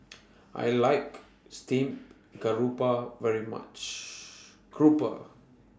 I like Steamed Grouper very much Grouper